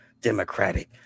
Democratic